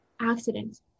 accidents